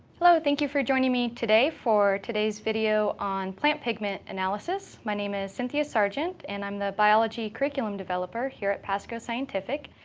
hello. thank you for joining me today for today's video on plant pigment analysis. my name is cynthia sargent, and i'm the biology curriculum developer here at pasco scientific.